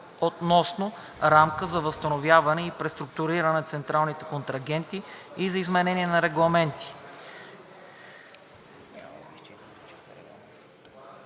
относно рамка за възстановяване и преструктуриране на централни контрагенти и за изменение на регламенти